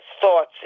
thoughts